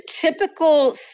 typical